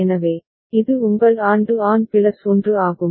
எனவே இது உங்கள் ஆன் டு ஆன் பிளஸ் 1 ஆகும்